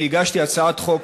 אני הגשתי הצעת חוק,